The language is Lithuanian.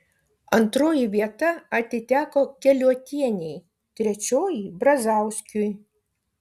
antroji vieta atiteko keliuotienei trečioji brazauskiui